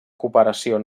cooperació